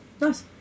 Nice